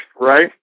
right